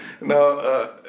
Now